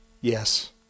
Yes